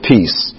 Peace